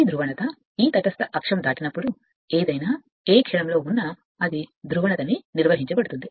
ఈ ధ్రువణత ఈ తటస్థ అక్షం దాటినప్పుడు ఏదైనా π లేదా t ఏ క్షణంలో ఉన్నా అది నిర్వహించబడుతుంది